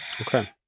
Okay